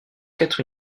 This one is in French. quatre